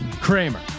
Kramer